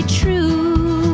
true